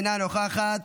אינה נוכחת.